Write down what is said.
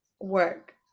work